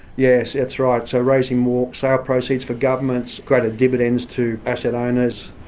yes, that's right, so raising more sale proceeds for governments greater dividends to asset owners.